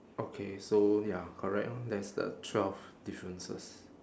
okay so ya correct lor that is the twelve differences